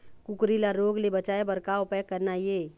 कुकरी ला रोग ले बचाए बर का उपाय करना ये?